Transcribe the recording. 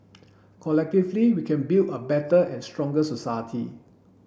collectively we can build a better and stronger society